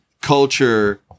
culture